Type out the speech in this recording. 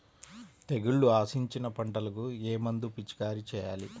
తెగుళ్లు ఆశించిన పంటలకు ఏ మందు పిచికారీ చేయాలి?